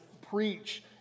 preach